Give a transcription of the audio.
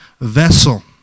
vessel